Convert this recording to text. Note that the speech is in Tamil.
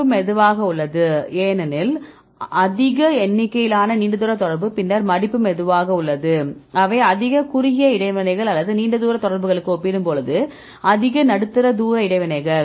மடிப்பு மெதுவாக உள்ளது ஏனெனில் அதிக எண்ணிக்கையிலான நீண்ட தூர தொடர்பு பின்னர் மடிப்பு மெதுவாக உள்ளது அவை அதிக குறுகிய தூர இடைவினைகள் அல்லது நீண்ட தூர தொடர்புகளுடன் ஒப்பிடும்போது அதிக நடுத்தர தூர இடைவினைகள்